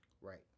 Right